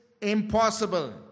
impossible